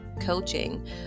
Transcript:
coaching